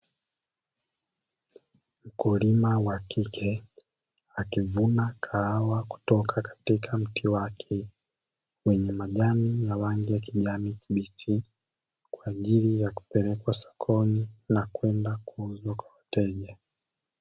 Mkulima wa kike akivuna kahawa kutoka katika mti wake wenye majani ya rangi ya kijani, miti kwa ajili ya kupelekwa sokoni na kwenda kwa mteja.